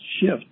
shift